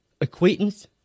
Acquaintance